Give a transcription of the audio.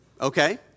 Okay